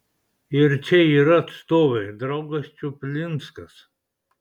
ir čia yra atstovai draugas čuplinskas